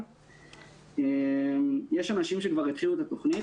יש אנשים שכבר התחילו את התוכנית,